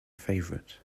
favorite